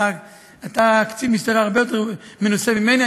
אתה קצין משטרה הרבה יותר מנוסה ממני,